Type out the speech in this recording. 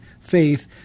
faith